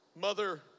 mother